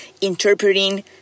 interpreting